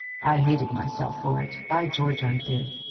i hated myself for it. by george, i did.